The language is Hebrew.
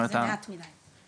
שזה מעט מידי.